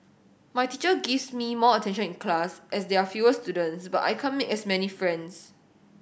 my teacher gives me more attention in class as there are fewer students but I can't make as many friends